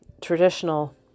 traditional